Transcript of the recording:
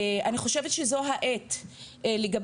אני חושבת זו העת לגבש